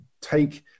take